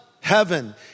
heaven